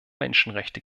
menschenrechte